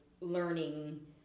learning